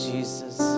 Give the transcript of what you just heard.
Jesus